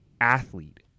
athlete